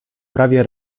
prawie